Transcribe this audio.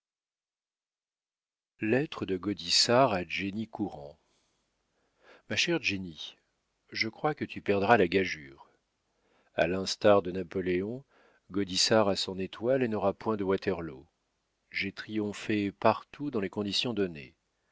lettre de gaudissart a jenny courand ma chère jenny je crois que tu perdras la gageure a l'instar de napoléon gaudissart a son étoile et n'aura point de waterloo j'ai triomphé partout dans les conditions données